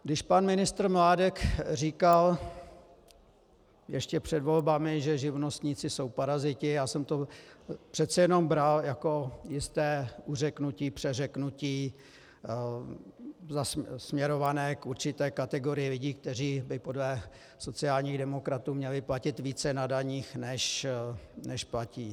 Když pan ministr Mládek říkal ještě před volbami, že živnostníci jsou paraziti, já jsem to přece jenom bral jako jisté uřeknutí směrované k určité kategorii lidí, kteří by podle sociálních demokratů měli platit více na daních, než platí.